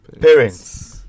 parents